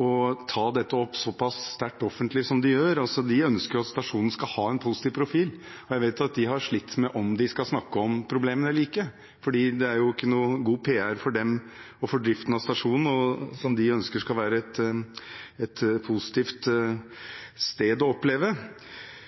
å ta dette opp såpass sterkt offentlig som de gjør. De ønsker jo at stasjonen skal ha en positiv profil, og jeg vet at de har slitt med om de skal snakke om problemene eller ikke, for det er jo ikke noen god PR for dem og for driften av stasjonen, som de ønsker skal oppleves som et positivt sted.